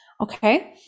Okay